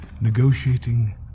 negotiating